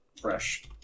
fresh